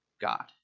God